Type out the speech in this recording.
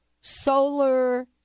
Solar